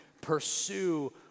pursue